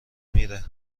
میره